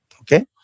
okay